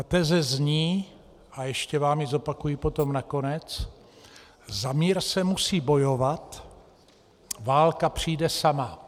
Ta teze zní, a ještě vám ji zopakuji potom nakonec: za mír se musí bojovat, válka přijde sama.